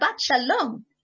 shalom